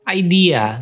idea